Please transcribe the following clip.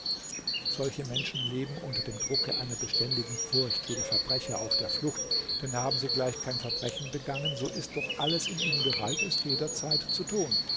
solche menschen leben unter dem drucke einer beständigen furcht wie der verbrecher auf der flucht denn haben sie gleich kein verbrechen begangen so ist doch alles in ihnen bereit es jederzeit zu tun